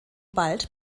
bald